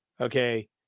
Okay